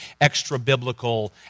extra-biblical